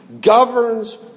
governs